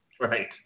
Right